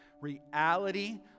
reality